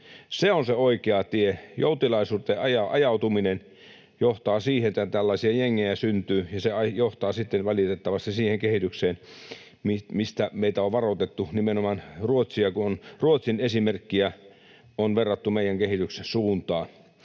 Se on se oikea tie. Joutilaisuuteen ajautuminen johtaa siihen, että tällaisia jengejä syntyy, ja se johtaa sitten valitettavasti siihen kehitykseen, mistä meitä on varoitettu. Nimenomaan Ruotsin esimerkkiä on verrattu meidän kehityksen suuntaan.